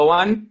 one